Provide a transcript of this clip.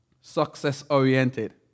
success-oriented